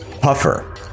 Puffer